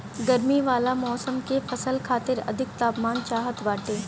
गरमी वाला मौसम के फसल खातिर अधिक तापमान चाहत बाटे